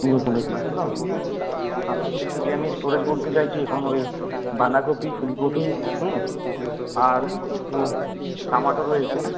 আছে তো আগে আমি স্টোরেজ করতে চাইছি এখন ওই বাঁদাকপি ফুলকফি হুম আর একটু টমেটো রয়েছে